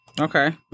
Okay